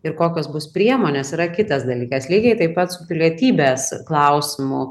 ir kokios bus priemonės yra kitas dalykas lygiai taip pat su pilietybės klausimu